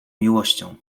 miłością